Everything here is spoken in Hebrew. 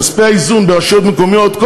כספי האיזון ברשויות מקומיות,